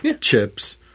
chips